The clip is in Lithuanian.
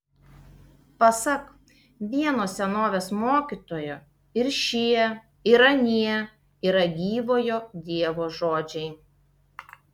pasak vieno senovės mokytojo ir šie ir anie yra gyvojo dievo žodžiai